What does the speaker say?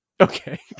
Okay